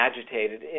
agitated